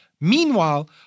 Meanwhile